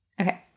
Okay